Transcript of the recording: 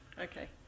Okay